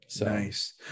nice